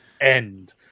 end